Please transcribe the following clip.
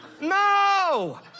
No